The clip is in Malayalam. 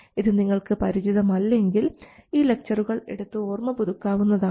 ഇത് നിങ്ങൾക്ക് പരിചിതമല്ലെങ്കിൽ ഈ ലക്ച്ചറുകൾ എടുത്ത് ഓർമ്മ പുതുക്കാവുന്നതാണ്